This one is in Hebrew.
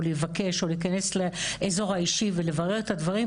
או להיכנס לאזור האישי ולברר את הדברים,